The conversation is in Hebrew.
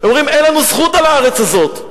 ואומרים: אין לנו זכות על הארץ הזאת.